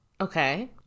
Okay